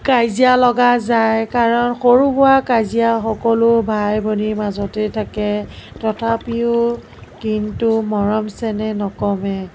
কাজিয়া লগা যায় কাৰণ সৰু সুৰা কাজিয়া সকলো ভাই ভনীৰ মাজতে থাকে তথাপিও কিন্তু মৰম চেনেহ নকমে